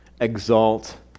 exalt